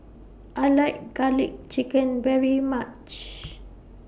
I like Garlic Chicken very much